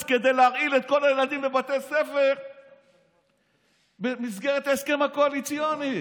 כדי להרעיל את כל הילדים בבתי ספר במסגרת ההסכם הקואליציוני.